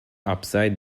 upside